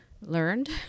learned